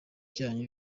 byanyu